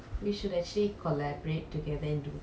eh that's a good idea man I don't mind